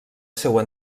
seua